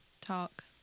talk